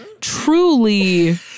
truly